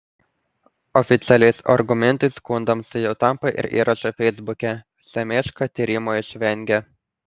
oficialiais argumentais skundams jau tampa ir įrašai feisbuke semeška tyrimo išvengė